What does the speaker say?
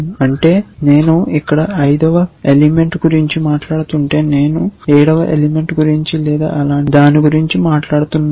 అంటే నేను ఇక్కడ 5 వ ఎలిమెంట్ గురించి మాట్లాడుతుంటే నేను 7 వ ఎలిమెంట్ గురించి లేదా అలాంటిదే గురించి మాట్లాడుతున్నాను